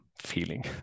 feeling